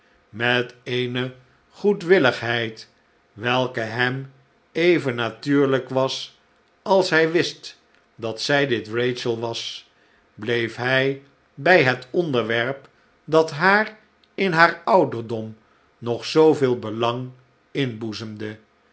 met eene goedwilligheid welke hem even natuurlijk was als hij wist dat zij dit rachel was bleef hij bij het onderwerp dat haar in haar ouderdom nog zooveel belang inboezemde